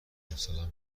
امسالم